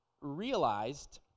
realized